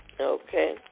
Okay